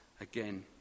again